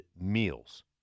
meals